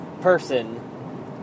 person